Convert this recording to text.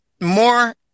more